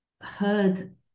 heard